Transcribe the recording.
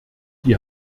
die